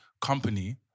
company